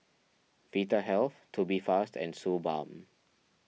Vitahealth Tubifast and Suu Balm